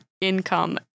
income